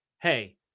Hey